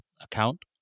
account